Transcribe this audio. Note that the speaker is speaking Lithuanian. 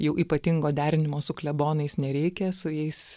jau ypatingo derinimo su klebonais nereikia su jais